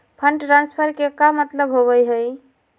Fund transfer के का मतलब होव हई?